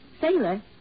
Sailor